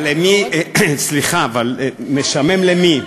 אבל משעמם למי?